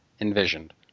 envisioned